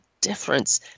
difference